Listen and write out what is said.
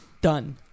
Done